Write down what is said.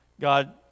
God